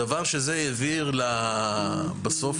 זה העביר בסוף